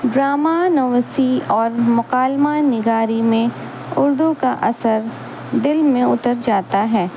drama نویسی اور مکالمہ نگاری میں اردو کا اثر دل میں اتر جاتا ہے